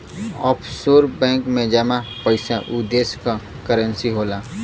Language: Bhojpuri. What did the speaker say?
ऑफशोर बैंक में जमा पइसा उ देश क करेंसी होला